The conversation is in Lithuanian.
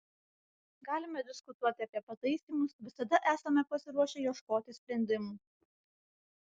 galime diskutuoti apie pataisymus visada esame pasiruošę ieškoti sprendimų